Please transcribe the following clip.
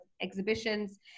exhibitions